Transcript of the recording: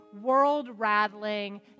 world-rattling